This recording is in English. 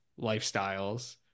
lifestyles